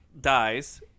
Dies